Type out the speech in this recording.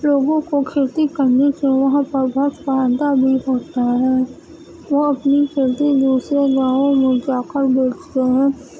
لوگوں کو کھیتی کرنے کے وہاں پر بہت فائدہ بھی ہوتا ہے وہ اپنی کھیتی دوسرے گاؤں میں جا کر بیچتے ہیں